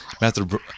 Matthew